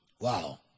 Wow